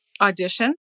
audition